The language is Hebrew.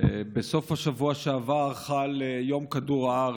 בסוף השבוע שעבר חל יום כדור הארץ,